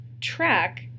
track